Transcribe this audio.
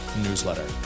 newsletter